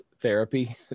therapy